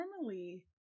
normally